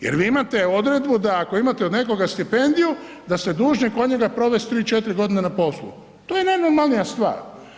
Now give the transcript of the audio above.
Jer vi imate odredbu da ako imate od nekoga stipendiju da ste dužni kod njega provesti 3, 4 godine na poslu to je najnormalnija stvar.